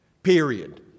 period